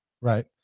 Right